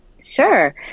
Sure